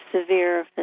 severe